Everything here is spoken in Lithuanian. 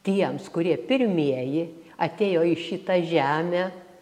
tiems kurie pirmieji atėjo į šitą žemę